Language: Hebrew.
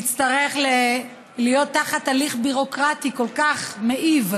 יצטרך להיות תחת הליך ביורוקרטי כל כך מעיב,